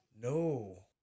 No